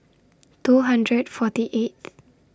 two hundred forty eighth